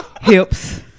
hips